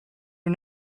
are